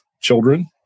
children